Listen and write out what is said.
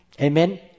Amen